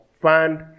fund